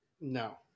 No